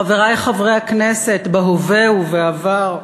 חברי חברי הכנסת בהווה ובעבר,